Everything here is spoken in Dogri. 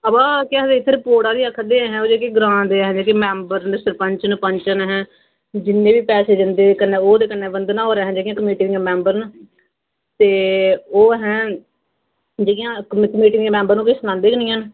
अबा के आखदे इद्धर पौड़ा गै खड्डे ऐहें ग्रांऽ दे जेह्के मैंबर ना सरपंच न पंच न अहें जिन्ने बी पैसे दिदें ओह् ते कन्नै वदंना होर अहें जेह्कियां कमेटी दियां मैंबर न ते ओह् अहें जेह्किया कमेटी दी मैंबर न ओह् अहें सनांदे गै नी हैन